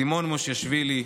סימון מושיאשוילי,